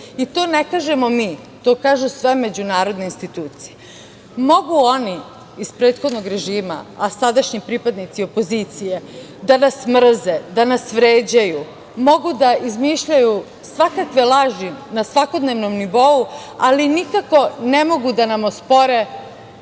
To ne kažemo mi, to kažu sve međunarodne institucije. Mogu oni iz prethodnog režima, a sadašnji pripadnici opozicije da nas mrze, da nas vređaju, mogu da izmišljaju svakakve laži na svakodnevnom nivou, ali nikako ne mogu da nam ospore